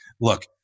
Look